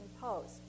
post